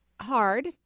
hard